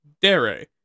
dare